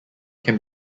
can